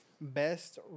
Best